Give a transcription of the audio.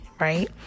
Right